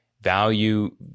value